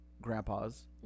grandpas